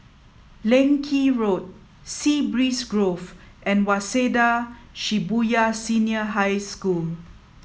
Leng Kee Road Sea Breeze Grove and Waseda Shibuya Senior High School